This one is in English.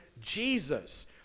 Jesus